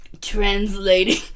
Translating